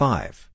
Five